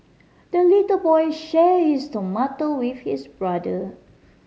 the little boy shared his tomato with his brother